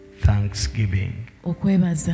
Thanksgiving